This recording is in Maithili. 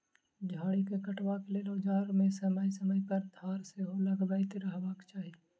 झाड़ी के काटबाक लेल औजार मे समय समय पर धार सेहो लगबैत रहबाक चाही